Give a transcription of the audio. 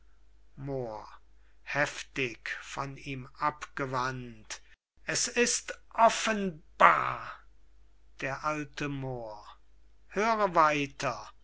ihm abgewandt es ist offenbar d a moor höre weiter